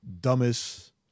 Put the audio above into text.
dumbest